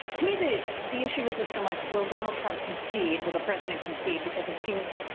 to me, the the issue isn't so much, will donald trump concede? will the president concede, because it seems,